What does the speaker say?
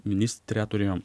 ministrę turėjom